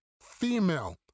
Female